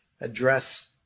address